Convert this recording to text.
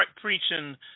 preaching